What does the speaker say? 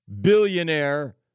billionaire